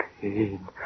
pain